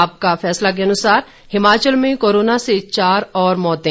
आपका फैसला के अनुसार हिमाचल में कोरोना से चार और मौतें